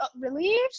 relieved